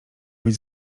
być